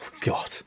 God